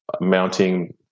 mounting